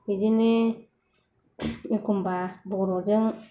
बिदिनो एखनब्ला बर'जों